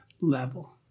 level